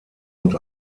und